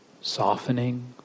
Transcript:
softening